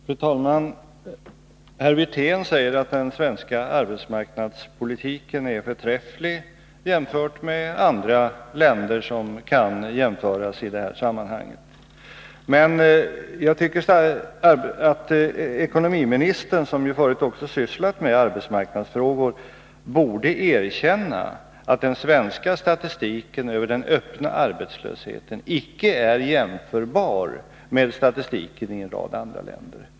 Fru talman! Herr Wirtén säger att den svenska arbetsmarknadspolitiken är förträfflig jämfört med andra länder, som man kan jämföra med i detta sammanhang. Men jag tycker att ekonomiministern, som ju förut har sysslat med arbetsmarknadsfrågor, borde erkänna att den svenska statistiken över den öppna arbetslösheten inte är jämförbar med statistiken i en rad andra länder.